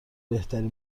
بهترین